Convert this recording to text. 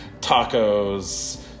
tacos